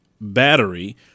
battery